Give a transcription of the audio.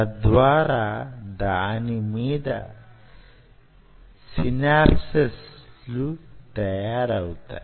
తద్వారా దాని మీద సినాప్సెస్ లు తయారవుతాయి